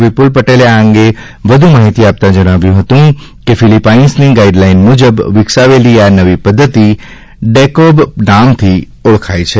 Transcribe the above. વિપુલ પટેલે આ અંગે વધુ માહિતી આપતા જણાવ્યુ હતું કે ફિલિપાઈન્સની ગાઈડલાઈન મુજબ વિકસાવેલી આ નવી પદ્ધતિ ડેકોબ નામથી ઓળખાય છે